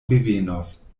revenos